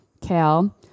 kale